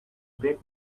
break